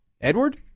Edward